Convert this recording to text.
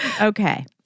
Okay